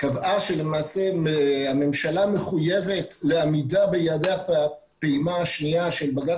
קבעה שהממשלה מחויבת לעמידה ביעדי הפעימה השנייה של בג"צ